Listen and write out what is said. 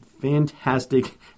fantastic